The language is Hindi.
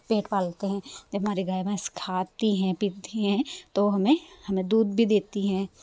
पेट पालते हैं जब हमारी गाय भैंस खाती हैं पीती हैं तो हमें हमें दूध भी देती हैं